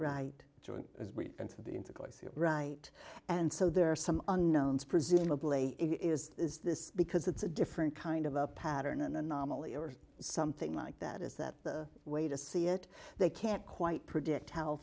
here right and so there are some unknown presumably is is this because it's a different kind of a pattern an anomaly or something like that is that the way to see it they can't quite predict h